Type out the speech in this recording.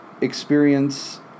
experience